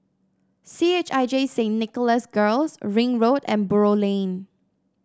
C H I J Saint Nicholas Girls Ring Road and Buroh Lane